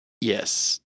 Yes